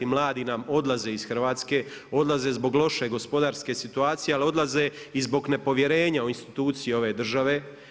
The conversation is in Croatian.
I mladi nam odlaze iz Hrvatske, odlaze zbog loše gospodarske situacije, ali odlaze i zbog nepovjerenja u institucije ove države.